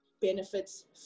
benefits